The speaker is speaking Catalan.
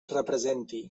representi